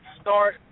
start